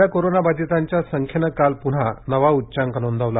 नव्या कोरोना बाधितांच्या संख्येनं काल प्न्हा नवा उच्चांक नोंदवला